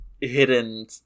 hidden